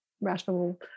rational